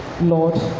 Lord